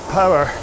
power